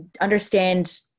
understand